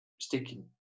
sticking